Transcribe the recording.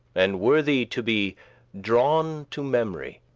and worthy to be drawen to memory